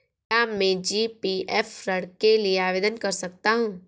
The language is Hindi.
क्या मैं जी.पी.एफ ऋण के लिए आवेदन कर सकता हूँ?